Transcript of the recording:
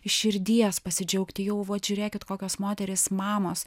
iš širdies pasidžiaugti jau vat žiūrėkit kokios moterys mamos